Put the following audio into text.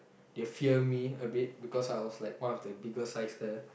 they fear me a bit because I was like one of the biggest size the